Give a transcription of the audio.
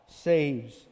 saves